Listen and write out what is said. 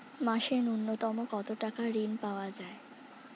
মাসে নূন্যতম কত টাকা ঋণ পাওয়া য়ায়?